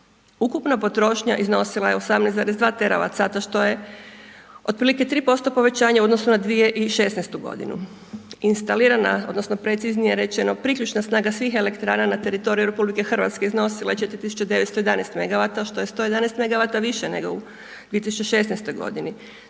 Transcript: Ukupna potrošnja iznosila je 18,2 teravacata što je otprilike 3% povećanje u odnosu na 2016. godinu. Instalirana odnosno preciznije rečeno priključna snaga svih elektrana na teritoriju RH iznosila je 4911 megavata što je 111 megavata više nego u 2016. godini.